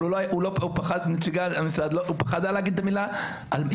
אבל הוא פחד היה להגיד את המילה "יתומים".